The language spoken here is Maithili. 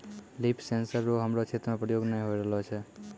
लिफ सेंसर रो हमरो क्षेत्र मे प्रयोग नै होए रहलो छै